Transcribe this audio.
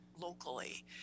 locally